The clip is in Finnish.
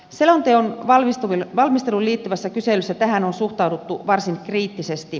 selonteon valmisteluun liittyvässä kyselyssä tähän on suhtauduttu varsin kriittisesti